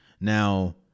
Now